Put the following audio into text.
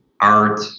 art